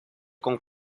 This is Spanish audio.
con